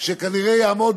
שכנראה יעמוד